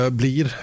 blir